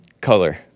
Color